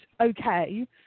okay